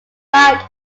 like